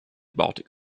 baltic